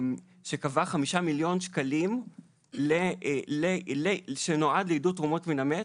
שקבע 5 מיליון שקלים שנועדו לעידוד תרומות מן המת.